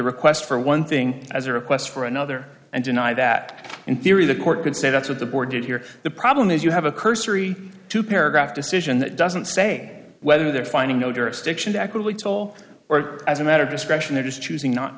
request for one thing as a request for another and deny that in theory the court could say that's what the board did here the problem is you have a cursory two paragraph decision that doesn't say whether they're finding no jurisdiction to actually toll or as a matter of discretion they're just choosing not